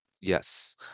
Yes